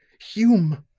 hume.